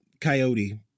coyote